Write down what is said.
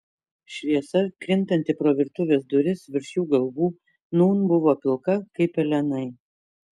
šviesa krintanti pro virtuvės duris virš jų galvų nūn buvo pilka kaip pelenai